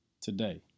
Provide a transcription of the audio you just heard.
Today